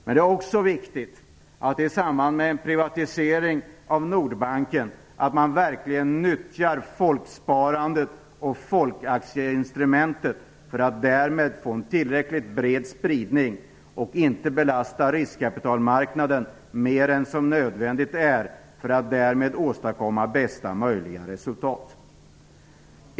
Men det är också viktigt att man i samband med en privatisering av Nordbanken verkligen nyttjar folksparandet och folkaktieinstrumentet för att få en tillräckligt bred spridning och inte belasta riskkapitalmarknaden mer än som nödvändigt är, för att därmed åstadkomma bästa möjliga resultat.